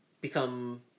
Become